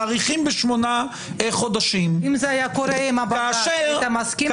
מאריכים בשמונה חודשים --- אם זה היה קורה עם --- היית מסכים לזה?